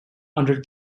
under